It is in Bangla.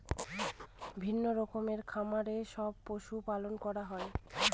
বিভিন্ন রকমের খামারে সব পশু পালন করা হয়